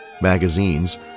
magazines